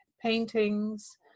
paintings